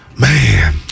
Man